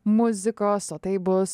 muzikos o tai bus